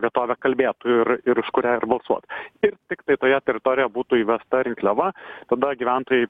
vietovė kalbėtų ir ir už kurią ir balsuot ir tiktai toje teritorijoje būtų įvesta rinkliava tada gyventojai